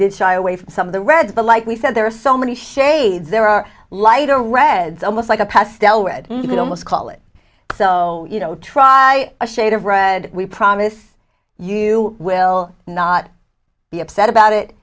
did shy away from some of the reds the like we said there are so many shades there are lighter red almost like a pastel red you could almost call it so you know try a shade of red we promise you will not be upset about it